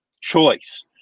choice